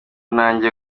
ntangiye